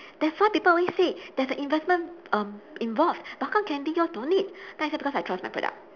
that's why people always say there's an investment erm involved but how come candy yours don't need then I say it's because I trust my product